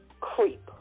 creep